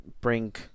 bring